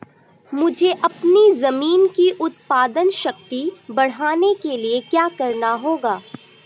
मुझे अपनी ज़मीन की उत्पादन शक्ति बढ़ाने के लिए क्या करना होगा?